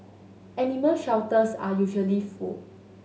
animal shelters are usually full